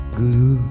guru